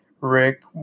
Rick